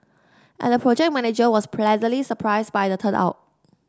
and the project manager was pleasantly surprised by the turn out